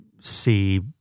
see